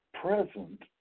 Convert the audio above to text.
present